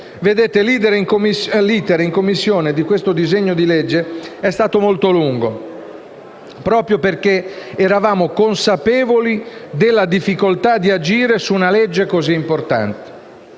L’iter in Commissione di questo disegno di legge è stato molto lungo proprio perché eravamo consapevoli della difficoltà di agire su una legge così importante.